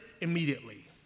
immediately